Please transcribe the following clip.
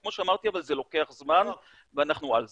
כמו שאמרתי, זה לוקח זמן, אבל אנחנו על זה.